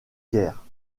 guerre